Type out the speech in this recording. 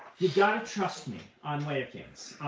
you've got to trust me on way of kings,